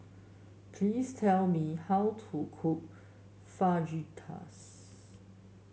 please tell me how to cook Fajitas